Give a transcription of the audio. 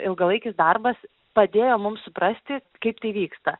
ilgalaikis darbas padėjo mum suprasti kaip tai vyksta